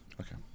Okay